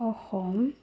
Assam